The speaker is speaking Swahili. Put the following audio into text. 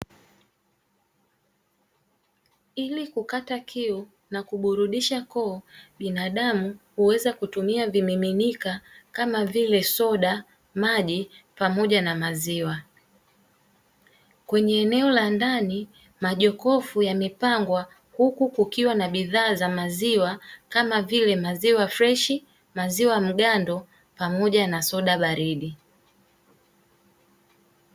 Ili kukata kiu na kuburudisha koo binadamu huweza kutumia vimiminika kama vile: soda, maji pamoja na maziwa. Kwenye eneo la ndani majokofu yamepangwa huku kukiwa na bidhaa za maziwa kama vile: maziwa freshi, maziwa mgando pamoja na soda baridi.